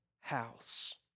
house